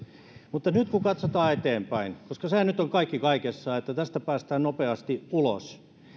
mutta nyt kun katsotaan eteenpäin koska sehän nyt on kaikki kaikessa että tästä päästään nopeasti ulos